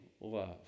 love